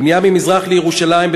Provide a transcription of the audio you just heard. בנייה ממזרח לירושלים,